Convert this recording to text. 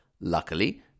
Luckily